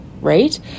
right